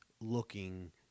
looking